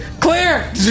clear